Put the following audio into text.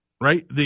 right